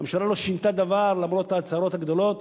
הממשלה לא שינתה דבר, למרות ההצהרות הגדולות.